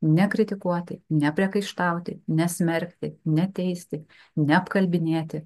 nekritikuoti nepriekaištauti nesmerkti neteisti neapkalbinėti